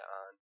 on